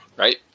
Right